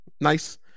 nice